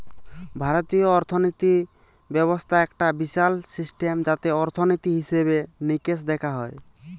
ভারতীয় অর্থিনীতি ব্যবস্থা একটো বিশাল সিস্টেম যাতে অর্থনীতি, হিসেবে নিকেশ দেখা হয়